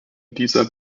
dieser